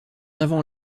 avant